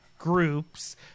Groups